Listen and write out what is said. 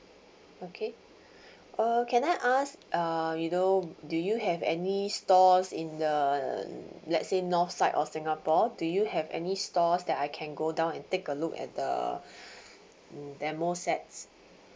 okay uh can I ask uh you know do you have any stores in the um let say north side of singapore do you have any stores that I can go down and take a look at the mm demo sets